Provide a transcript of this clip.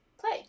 play